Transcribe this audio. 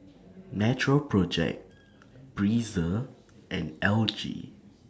Natural Project Breezer and L G